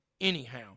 Anyhow